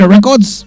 Records